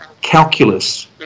calculus